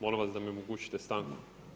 Molim vas da mi omogućite stanku.